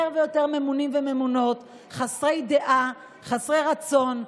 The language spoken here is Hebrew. יותר ויותר ממונים וממונות, חסרי דעה, חסרי רצון.